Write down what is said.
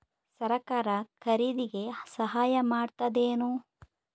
ಸರಕಾರ ಖರೀದಿಗೆ ಸಹಾಯ ಮಾಡ್ತದೇನು?